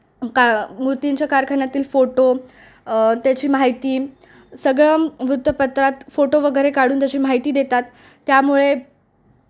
का मूर्तींच्या कारखान्यातील फोटो त्याची माहिती सगळं वृत्तपत्रात फोटो वगैरे काढून त्याची माहिती देतात त्यामुळे